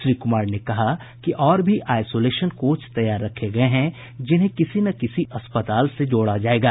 श्री कुमार ने कहा कि और भी आईसोलेशन कोच तैयार रखे गये हैं जिन्हें किसी न किसी अस्पताल से जोड़ा जायेगा